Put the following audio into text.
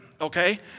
okay